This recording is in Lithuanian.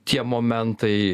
tie momentai